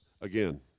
again